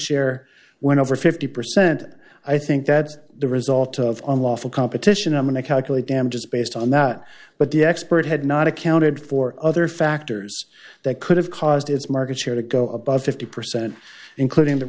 share went over fifty percent i think that the result of unlawful competition i'm going to calculate damages based on that but the expert had not accounted for other factors that could have caused its market share to go above fifty percent including the